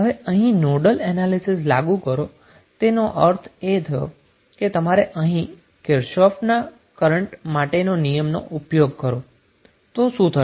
હવે અહીં nodal analysis લાગુ કરો છો તેનો અર્થ એ થયો કે તમારે અહીં કિર્ચોફનો કરન્ટ માટેના નિયમનો ઉપયોગ કરો તો શું થશે